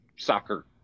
soccer